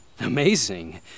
amazing